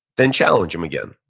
then challenge him again.